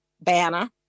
Banner